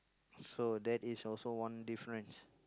so that is also one difference